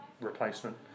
replacement